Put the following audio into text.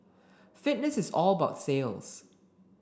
fitness is all about sales